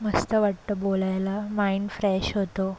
मस्त वाटतं बोलायला माइंड फ्रेश होतो